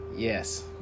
Yes